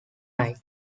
night